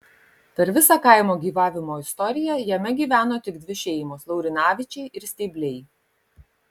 per visą kaimo gyvavimo istoriją jame gyveno tik dvi šeimos laurinavičiai ir steibliai